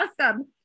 awesome